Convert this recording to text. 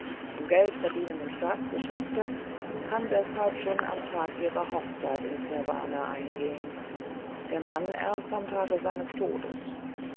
um geldverdienen und staatsgeschäfte kann deshalb schon am tag ihrer hochzeit ins nirwana eingehen der mann erst am tage seines todes